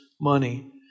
money